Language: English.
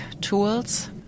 tools